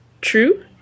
true